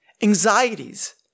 anxieties